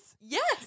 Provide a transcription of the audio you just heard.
Yes